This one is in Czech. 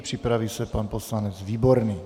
Připraví se pan poslanec Výborný.